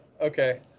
Okay